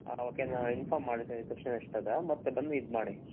ಹಾಂ ಓಕೆ ನಾನು ಇನ್ಫಾರ್ಮ್ ಮಾಡಿರ್ತಿನಿ ರಿಸೆಪ್ಷನಿಸ್ಟ್ ಹತ್ತಿರ ಮತ್ತೆ ಬಂದು ಇದು ಮಾಡಿ